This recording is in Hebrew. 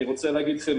אני רוצה להגיד לכם